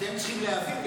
אתם צריכים להבין,